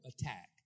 attack